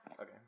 Okay